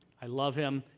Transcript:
i love him,